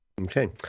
okay